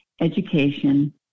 education